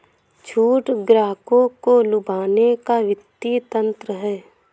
छूट ग्राहकों को लुभाने का वित्तीय तंत्र है